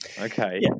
Okay